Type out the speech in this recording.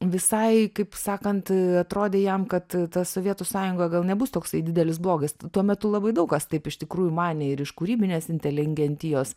visai kaip sakant atrodė jam kad ta sovietų sąjunga gal nebus toksai didelis blogis tuo metu labai daug kas taip iš tikrųjų manė ir iš kūrybinės inteligentijos